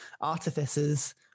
Artificers